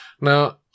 Now